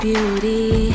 Beauty